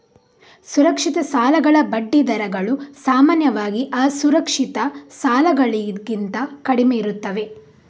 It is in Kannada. ಸುರಕ್ಷಿತ ಸಾಲಗಳ ಬಡ್ಡಿ ದರಗಳು ಸಾಮಾನ್ಯವಾಗಿ ಅಸುರಕ್ಷಿತ ಸಾಲಗಳಿಗಿಂತ ಕಡಿಮೆಯಿರುತ್ತವೆ